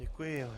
Děkuji.